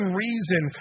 reason